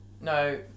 No